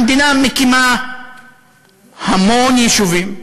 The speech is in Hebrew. המדינה מקימה המון יישובים,